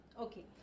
Okay